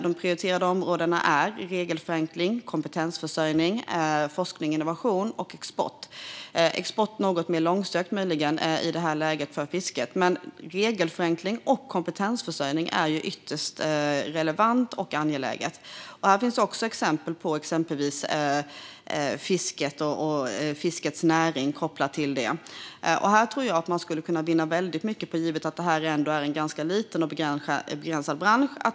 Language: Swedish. De prioriterade områdena är regelförenkling, kompetensförsörjning, forskning och innovation samt export. Export är i detta läge möjligen något mer långsökt vad gäller fisket. Men regelförenkling och kompetensförsörjning är ytterst relevant och angeläget. Här finns också exempel på fisket och dess näring kopplat till detta. Jag tror att man skulle kunna vinna väldigt mycket genom att exempelvis testa piloter på området, eftersom det ändå är en liten och begränsad bransch.